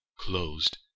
closed